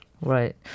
Right